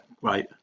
great